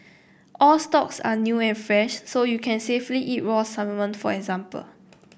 all stocks are new and fresh so you can safely eat raw salmon for example